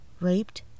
raped